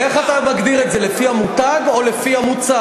ואיך אתה מגדיר את זה, לפי המותג או לפי המוצר?